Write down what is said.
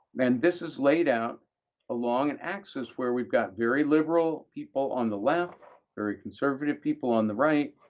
and this is laid out along an axis where we've got very liberal people on the left, very conservative people on the right,